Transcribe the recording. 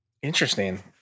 Interesting